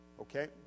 Okay